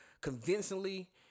convincingly